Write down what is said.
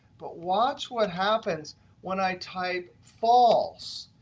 but watch what happens when i type false.